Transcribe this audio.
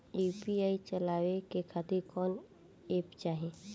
UPI चलवाए के खातिर कौन एप चाहीं?